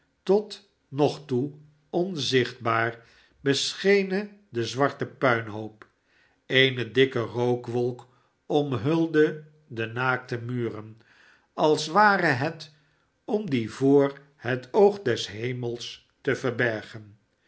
tot nog toe onzichtbaar beschenen den zwarten puinhoop eene dikke rookwolk omhulde de naakte muren als ware het ora die voor het oog des hemels te verbergen